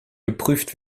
geprüft